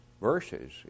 verses